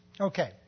Okay